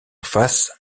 face